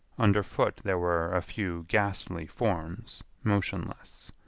under foot there were a few ghastly forms motionless.